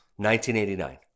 1989